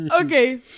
Okay